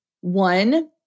one